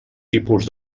tipus